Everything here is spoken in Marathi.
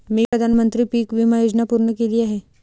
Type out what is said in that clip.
मी प्रधानमंत्री पीक विमा योजना पूर्ण केली आहे